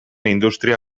industria